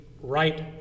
right